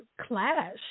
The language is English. clash